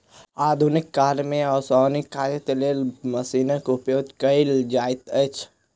आधुनिक काल मे ओसौनीक काजक लेल मशीनक उपयोग कयल जाइत अछि